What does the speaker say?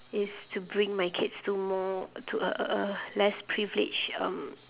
is to bring my kids to more to a a a less privileged um